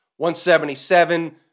177